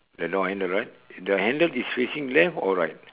the door handle right the handle is facing left or right